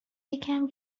یکم